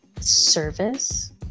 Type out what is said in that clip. service